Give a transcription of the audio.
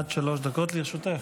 עד שלוש דקות לרשותך.